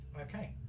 okay